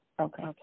okay